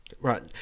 right